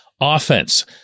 offense